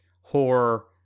horror